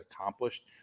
accomplished